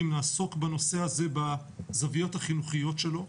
נעסוק בנושא הזה בזוויות החינוכיות שלו.